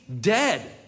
dead